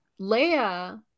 Leia